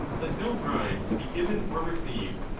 let no bribes be given or received,